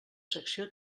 secció